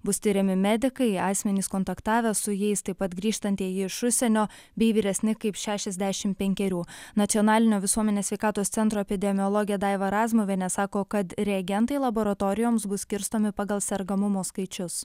bus tiriami medikai asmenys kontaktavę su jais taip pat grįžtantieji iš užsienio bei vyresni kaip šešiasdešimt penkerių nacionalinio visuomenės sveikatos centro epidemiologė daiva razmuvienė sako kad reagentai laboratorijoms bus skirstomi pagal sergamumo skaičius